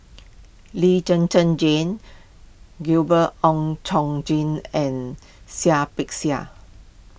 Lee Zhen Zhen Jane Gabriel Oon Chong Jin and Seah Peck Seah